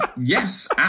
Yes